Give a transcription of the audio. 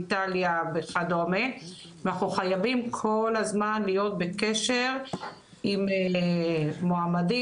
איטליה וכדומה ואנחנו חייבים כל הזמן להיות בקשר עם מועמדים,